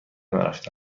نرفته